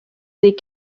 des